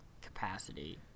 capacity